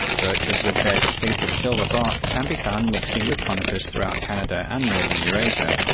birches, with their distinctive silver bark, can be found mixing with conifers throughout canada and northern eurasia.